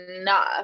enough